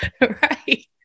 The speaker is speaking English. Right